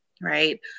right